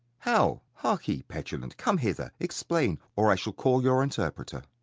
how? harkee, petulant, come hither. explain, or i shall call your interpreter.